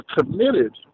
committed –